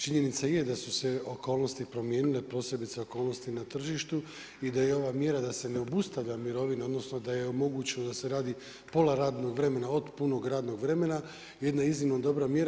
Činjenica je da su se okolnosti promijenile posebice okolnosti na tržištu i da je ova mjera da se ne obustavlja mirovina odnosno da je omogućeno da se radi pola radnog vremena od punog radnog vremena jedna iznimno dobra mjera.